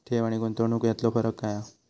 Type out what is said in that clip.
ठेव आनी गुंतवणूक यातलो फरक काय हा?